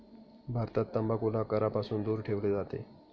भारतात तंबाखूला करापासून दूर ठेवले जाते